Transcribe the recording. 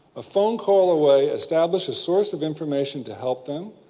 a phone call away, establish a source of information to help them,